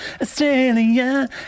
Australia